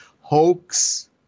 hoax